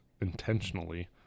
intentionally